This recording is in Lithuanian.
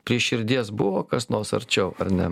prie širdies buvo kas nors arčiau ar ne